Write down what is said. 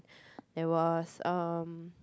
there was um